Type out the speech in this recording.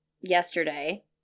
yesterday